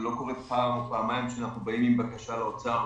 לא קורה פעם או פעמיים שאנחנו באים עם בקשה לאוצר,